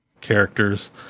characters